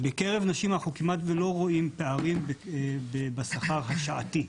בקרב נשים אנחנו כמעט שלא רואים פערים בשכר השעתי.